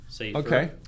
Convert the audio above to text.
Okay